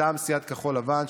מטעם סיעת כחול לבן,